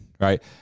right